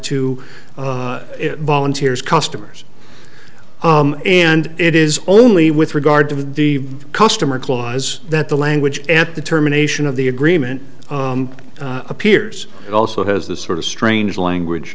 to volunteers customers and it is only with regard to the customer clause that the language and determination of the agreement appears it also has the sort of strange language